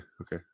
okay